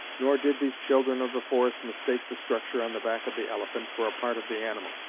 nor did these children of the forest mistake the structure on the back of the elephant for a part of the animal.